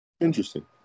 Interesting